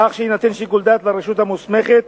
כך שיינתן שיקול דעת לרשות המוסמכת